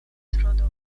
trudu